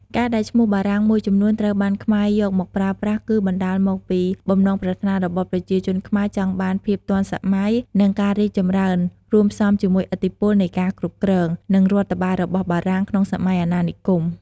ការដែលឈ្មោះបារាំងមួយចំនួនត្រូវបានខ្មែរយកមកប្រើប្រាស់ គឺបណ្ដាលមកពី បំណងប្រាថ្នារបស់ប្រជាជនខ្មែរចង់បានភាពទាន់សម័យ និងការរីកចម្រើន រួមផ្សំជាមួយឥទ្ធិពលនៃការគ្រប់គ្រង និងរដ្ឋបាលរបស់បារាំង ក្នុងសម័យអាណានិគម។